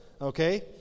Okay